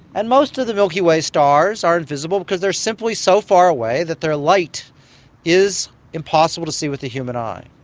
and most of the milky way stars are invisible because they are simply so far away that their light is impossible to see with the human eye,